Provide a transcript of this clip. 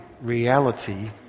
reality